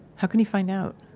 how can he find out?